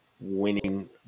winning